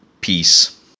peace